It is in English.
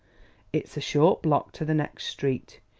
it's a short block to the next street.